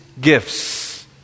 gifts